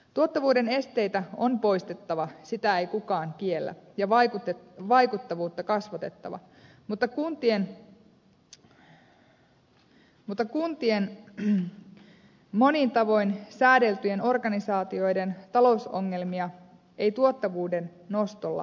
tuottavuuden esteitä on poistettava sitä ei kukaan kiellä ja vaikuttavuutta kasvatettava mutta kuntien monin tavoin säädeltyjen organisaatioiden talousongelmia ei tuottavuuden nostolla hoideta